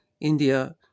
India